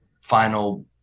final